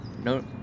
no